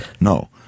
No